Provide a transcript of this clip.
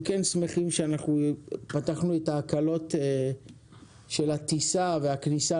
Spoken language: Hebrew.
אנחנו כן שמחים שפתחנו את הקלות הטיסה והכניסה